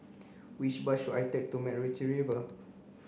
which bus should I take to MacRitchie Reservoir